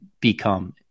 become